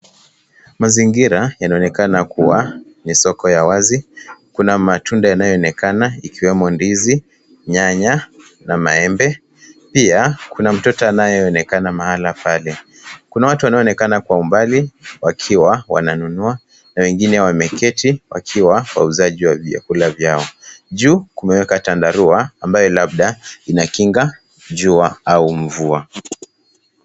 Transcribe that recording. Mazingira yanaonekana kuwa ni soko la wazi. Kuna matunda inayoonekana ikiwemo ndizi, nyanya na maembe. Pia kuna mtoto anayeonekana mahali pale. Kuna watu wanaonekana kwa umbali wakiwa wananunua na wengine wameketi wakiwa wauzaji wa vyakula vyao. Juu kumewekwa chandarua ambayo labda inakinga jua au mvua.